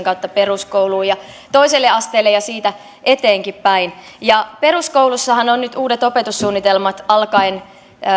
kautta peruskouluun ja toiselle asteelle ja siitä eteenpäinkin ja peruskoulussahan on nyt uudet opetussuunnitelmat alkaen